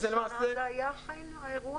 באיזו שנה היה האירוע?